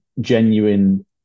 genuine